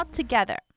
together